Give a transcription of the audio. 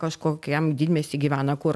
kažkokiam didmiesty gyvena kur